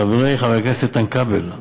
חברי חבר הכנסת איתן כבל,